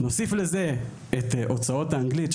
נוסיף לזה את הוצאות האנגלית,